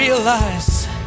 realize